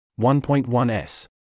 1.1s